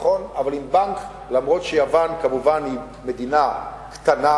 נכון, אבל אם בנק, אף-על-פי שיוון היא מדינה קטנה,